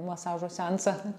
masažo seansą